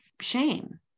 shame